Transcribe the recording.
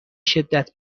شدت